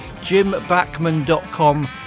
Jimbackman.com